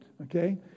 Okay